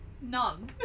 None